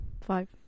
Five